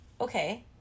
okay